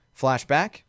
flashback